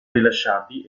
rilasciati